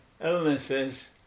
illnesses